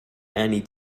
annie